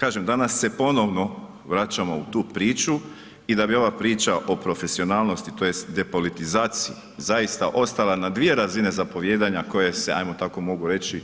Kažem danas se ponovno vraćamo u tu priču i da bi ova priča o profesionalnosti tj. depolitizaciji zaista ostala na dvije razine zapovijedanja koje se ajmo tako mogu reći